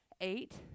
eight